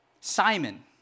Simon